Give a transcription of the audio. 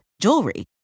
jewelry